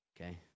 Okay